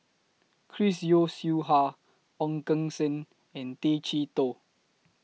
Chris Yeo Siew Hua Ong Keng Sen and Tay Chee Toh